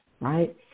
right